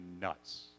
nuts